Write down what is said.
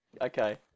Okay